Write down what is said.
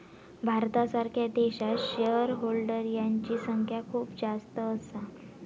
भारतासारख्या देशात shareholder यांची संख्या खूप जास्त असा